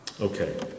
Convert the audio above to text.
Okay